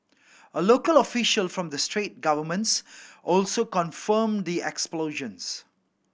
a local official from the straight governments also confirmed the explosions